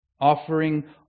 offering